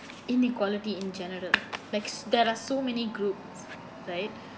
inequality in general like there are so many group right